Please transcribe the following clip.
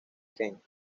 ken